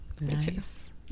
Nice